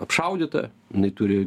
apšaudyta jinai turi